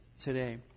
today